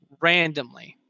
randomly